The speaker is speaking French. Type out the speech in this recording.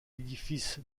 édifice